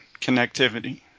connectivity